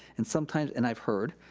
and sometimes, and i've heard,